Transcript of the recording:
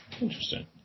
Interesting